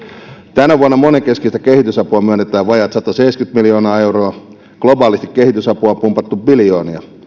tänä vuonna monenkeskistä kehitysapua myönnetään vajaat sataseitsemänkymmentä miljoonaa euroa globaalisti kehitysapua on pumpattu biljoonia